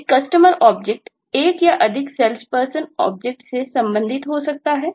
एक Customer object एक या अधिक SalesPerson ऑब्जेक्ट से संबंधित हो सकता है